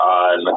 on